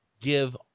give